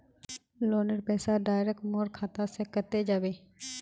लोनेर पैसा डायरक मोर खाता से कते जाबे?